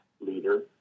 leader